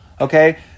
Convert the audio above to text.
okay